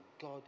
God